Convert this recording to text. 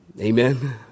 Amen